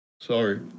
sorry